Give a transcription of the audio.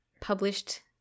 published